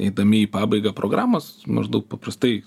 eidami į pabaigą programas maždaug paprastai